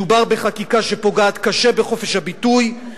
מדובר בחקיקה שפוגעת קשה בחופש הביטוי.